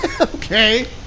Okay